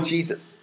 Jesus